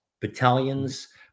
battalions